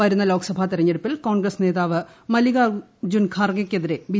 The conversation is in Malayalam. വരുന്ന ലോക്സഭാ തെരഞ്ഞെടുപ്പിൽ കോൺഗ്രസ് നേതാവ് മല്ലികാർജ്ജുൻ ഖാർഗെയ്ക്കെതിരെ ബി